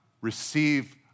receive